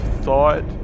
thought